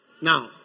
Now